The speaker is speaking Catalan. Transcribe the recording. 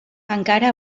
encara